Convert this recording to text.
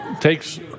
takes